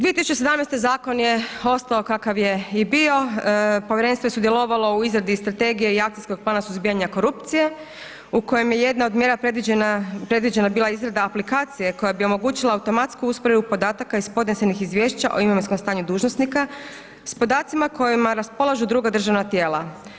2017. zakon je ostao kakav je i bio povjerenstvo je sudjelovalo u izradi Strategije i akcijskog plana suzbijanja korupcije u kojem je jedna od mjera predviđena, predviđena bila izrada aplikacije koja bi omogućila automatsku usporedbu podataka iz podnesenih izvješća o imovinskom stanju dužnosnika s podacima kojima raspolažu druga državna tijela.